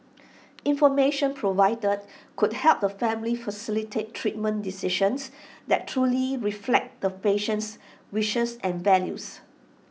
information provided could help the family facilitate treatment decisions that truly reflect the patient's wishes and values